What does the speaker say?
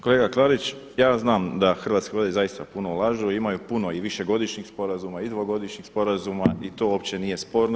Kolega Klarić, ja znam da Hrvatske vode zaista puno ulažu, imaju puno i višegodišnjih sporazuma i dvogodišnjih sporazuma i to uopće nije sporno.